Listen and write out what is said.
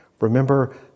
remember